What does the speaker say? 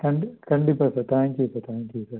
கண்டி கண்டிப்பாக sir thank you sir thank you sir